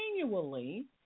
continually